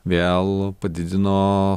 vėl padidino